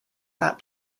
that